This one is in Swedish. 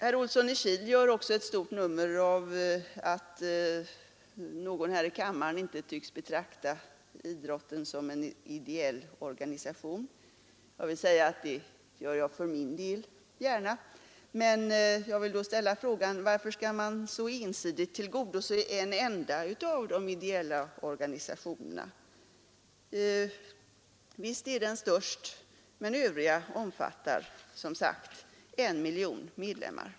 Herr Olsson i Kil gör också ett stort nummer av att någon här i kammaren inte tycks betrakta idrottsrörelsen som en ideell organisation. Det gör jag för min del gärna, men jag vill då ställa frågan: Varför skall man så ensidigt tillgodose en enda av de ideella organisationerna? Visst är den störst, men de övriga omfattar som sagt I miljon medlemmar.